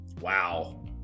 Wow